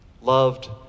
loved